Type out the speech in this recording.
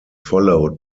followed